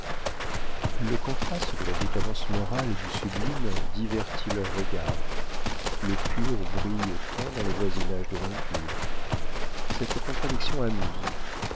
le contraste de la décadence morale et du sublime divertit leurs regards le pur brille tant dans le voisinage de l'impur cette contradiction amuse